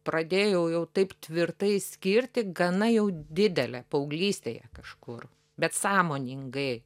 pradėjau jau taip tvirtai skirti gana jau didelė paauglystėje kažkur bet sąmoningai